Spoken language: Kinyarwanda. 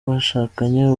bashakanye